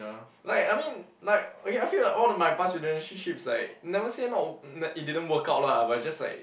like I mean like okay I feel like all the my past relationships like never say not w~ n~ it didn't work out lah but just like